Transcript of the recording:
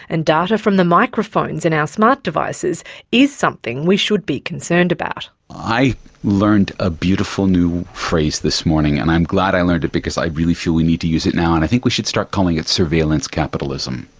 and data from the microphones in our ah smart devices is something we should be concerned about. i learned a beautiful new phrase this morning and i'm glad i learned it because i really feel we need to use it now, and i think we should start calling it surveillance capitalism,